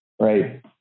right